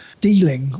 dealing